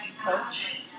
coach